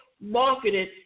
marketed